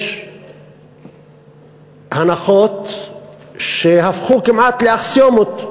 יש הנחות שהפכו כמעט לאקסיומות.